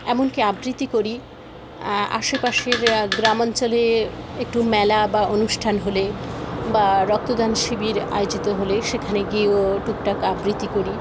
এমন কি আবৃত্তি করি আশেপাশের গ্রামাঞ্চলে একটু মেলা বা অনুষ্ঠান হলে বা রক্তদান শিবির আয়োজিত হলে সেখানে গিয়েও টুক টাক আবৃত্তি করি